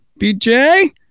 BJ